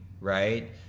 right